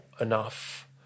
enough